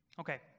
okay